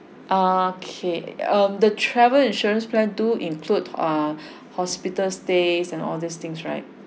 okay um the travel insurance plan too include uh hospital stays and all these things right